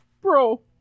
Bro